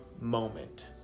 moment